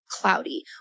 cloudy